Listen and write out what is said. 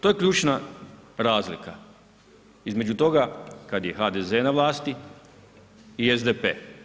To je ključna razlika između toga kad je HDZ na vlasti i SDP.